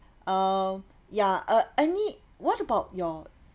uh ya uh any what about your